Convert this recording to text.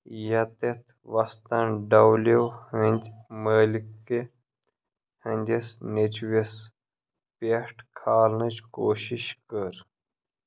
ییٚتٮ۪تھ وستَن ڈولیٚو ہٕنٛدۍ مٲلکہٕ ہٕنٛدِس نیٚچوِس پٮ۪ٹھ کھالنٕچ کوٗشش کٔر